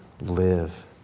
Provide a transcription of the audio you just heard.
live